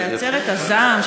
בעצרת הזעם,